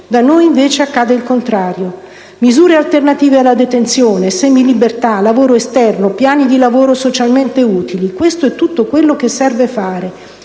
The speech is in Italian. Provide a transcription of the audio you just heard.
Da noi, invece, accade il contrario. Misure alternative alla detenzione, semilibertà e lavoro esterno, piani di lavoro socialmente utili: questo è tutto quello che serve fare